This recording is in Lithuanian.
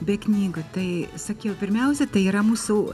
be knygų tai sakiau pirmiausia tai yra mūsų